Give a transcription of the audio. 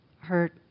hurt